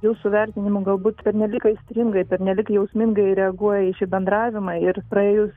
jūsų vertinimu galbūt pernelyg aistringai pernelyg jausmingai reaguoja į šį bendravimą ir praėjus